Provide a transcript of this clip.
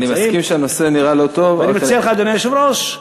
אדוני היושב-ראש,